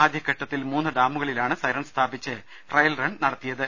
ആദ്യഘട്ടത്തിൽ മൂന്ന് ഡാമുകളിൽ ആണ് സൈറൺ സ്ഥാപിച്ച് ട്രയൽ റൺ നടത്തിയത്